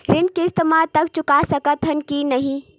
ऋण किस्त मा तक चुका सकत हन कि नहीं?